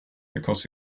because